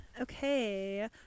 Okay